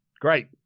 Great